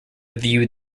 view